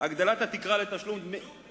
הגדלת התקרה לתשלום, צמצום?